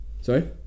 Sorry